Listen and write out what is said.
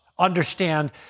understand